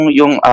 yung